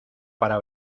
para